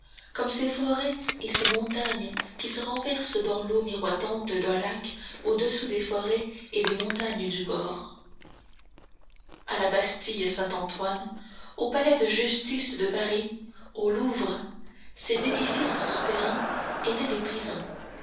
comme ces forêts et ces montagnes qui se renversent dans l'eau miroitante d'un lac au-dessous des forêts et des montagnes du bord à la bastille saint-antoine au palais de justice de paris au louvre ces édifices souterrains étaient des prisons